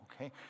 okay